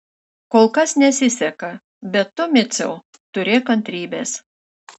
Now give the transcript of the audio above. kol kas nesiseka bet tu miciau turėk kantrybės